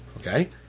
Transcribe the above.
okay